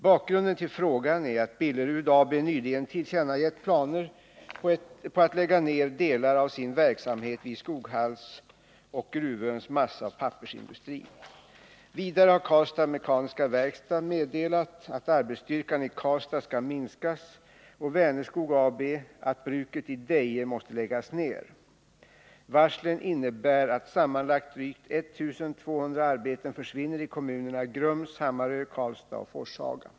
Bakgrunden till frågan är att Billerud AB nyligen tillkännagett planer på att lägga ner delar av sin verksamhet vid Skoghalls och Gruvöns masssaoch pappersindustri. Vidare har Karlstads Mekaniska Werkstad AB meddelat att arbetsstyrkan i Karlstad skall minskas och Vänerskog AB att bruket i Deje måste läggas ner. Varslen innebär att sammanlagt drygt 1200 arbeten försvinner i kommunerna Grums, Hammarö, Karlstad och Forshaga.